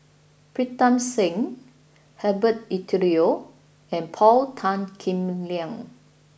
Pritam Singh Herbert Eleuterio and Paul Tan Kim Liang